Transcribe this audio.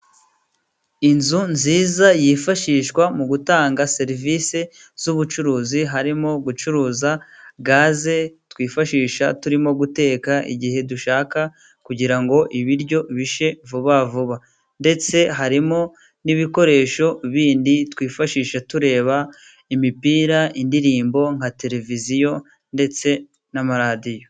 Inzu nziza yifashishwa mu gutanga serivisi z'ubucuruzi, harimo gucuruza gaze twifashisha turimo guteka igihe dushaka ,kugira ngo ibiryo bishye vuba vuba, ndetse harimo n'ibikoresho bindi twifashisha tureba imipira ,indirimbo, nka televiziyo ndetse n'amaradiyo.